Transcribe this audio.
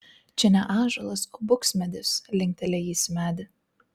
čia ne ąžuolas o buksmedis linkteli jis į medį